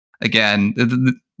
Again